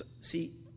See